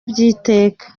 by’iteka